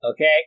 Okay